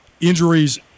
injuries